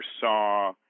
saw